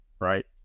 right